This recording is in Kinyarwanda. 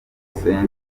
carter